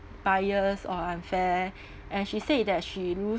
biased or unfair and she said that she lose